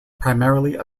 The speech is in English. primarily